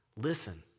listen